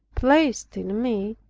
placed in me,